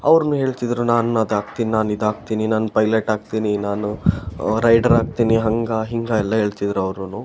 ಅವರನ್ನೂ ಹೇಳ್ತಿದ್ದರು ನಾನು ಅದಾಕ್ತಿನ ನಾನು ಇದಾಕ್ತಿನಿ ನಾನು ಪೈಲೆಟ್ ಆಗ್ತಿನಿ ನಾನು ರೈಡರ್ ಆಗ್ತಿನಿ ಹಂಗೆ ಹಿಂಗೆ ಎಲ್ಲಾ ಹೇಳ್ತಿದ್ದರು ಅವರೂನು